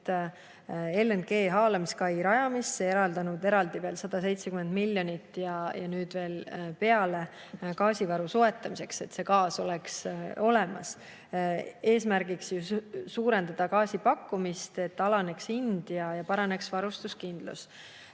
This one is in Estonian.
LNG‑haalamiskai rajamisse, eraldanud eraldi veel 170 miljonit ja nüüd veel rohkem gaasivaru soetamiseks, et see gaas oleks olemas. Eesmärgiks on suurendada gaasipakkumist, et alaneks hind ja paraneks varustuskindlus.